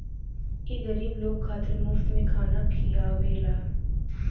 ई गरीब लोग खातिर मुफ्त में खाना खिआवेला